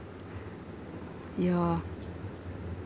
yeah